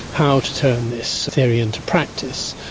how to turn this theory into practice,